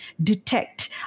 detect